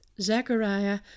Zechariah